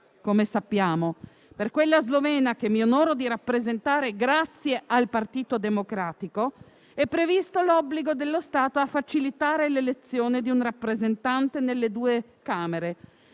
linguistiche. Per quella slovena, che mi onoro di rappresentare grazie al Partito Democratico, è previsto l'obbligo dello Stato di facilitare l'elezione di un rappresentante nelle due Camere.